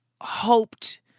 hoped